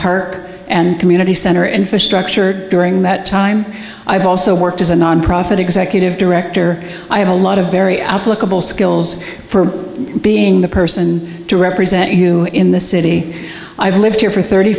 park and community center infrastructure during that time i've also worked as a nonprofit executive director i have a lot of very applicable skills for being the person to represent you in the city i've lived here for thirty